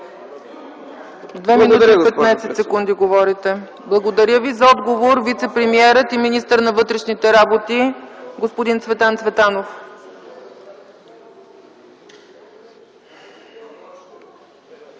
Благодаря Ви. За отговор вицепремиерът и министър на вътрешните работи господин Цветан Цветанов.